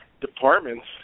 departments